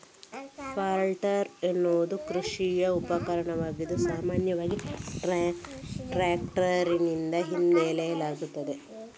planter ಎನ್ನುವುದು ಕೃಷಿ ಉಪಕರಣವಾಗಿದ್ದು, ಸಾಮಾನ್ಯವಾಗಿ ಟ್ರಾಕ್ಟರಿನ ಹಿಂದೆ ಎಳೆಯಲಾಗುತ್ತದೆ